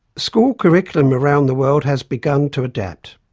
school curriculum around the world has begun to adapt.